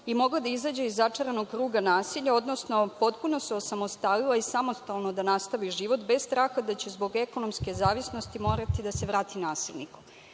i mogla da izađe iz začaranog kruga nasilja, odnosno potpuno se osamostalila i samostalno da nastavi život bez straha da će zbog ekonomske zavisnosti morati da se vrati nasilniku. Podaci